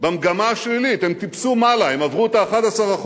במגמה השלילית, הם טיפסו מעלה, הם עברו את ה-11%,